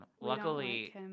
luckily